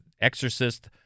Exorcist